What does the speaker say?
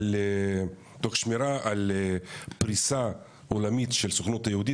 תוך שמירה על פריסה עולמית של הסוכנות היהודית,